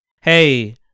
Hey